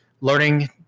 learning